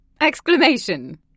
Exclamation